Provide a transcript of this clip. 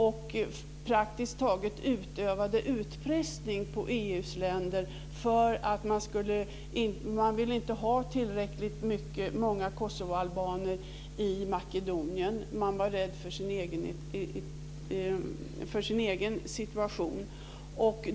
Man utövade praktiskt taget utpressning på EU:s länder eftersom man inte ville ha så många kosovoalbaner i Makedonien. Man var rädd för sin egen situation.